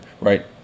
right